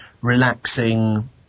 relaxing